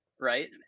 right